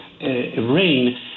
rain